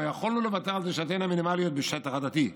אבל לא יכולנו לוותר על דרישותינו המינימליות בשטח הדתי.